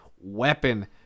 weapon